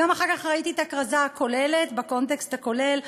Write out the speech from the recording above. ואחר כך ראיתי את הכרזה בקונטקסט הכולל.